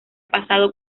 pasado